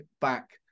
back